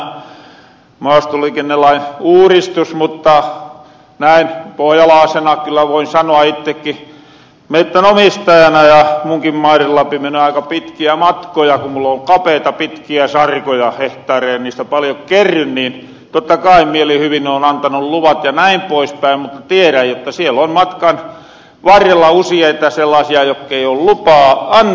tämon varmaan hyvä tämä maastoliikennelain uuristus mutta näin pohojalaasena voin kyllä sanoa itteki mettänomistajana ja munkin mairen läpi menee aika pitkiä matkoja ku mul on kapeita pitkiä sarkoja hehtaareja ei niistä paljon kerry niin totta kai mielihyvin oon antanu luvat ja näin poispäin mut tierän jotta sielon matkan varrella useita sellaasia jotkei oo lupaa antanu